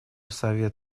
совет